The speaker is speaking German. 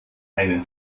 einen